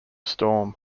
storm